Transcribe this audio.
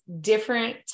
different